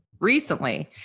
recently